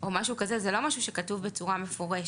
או משהו כזה זה לא משהו שכתוב בצורה מפורשת.